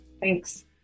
Thanks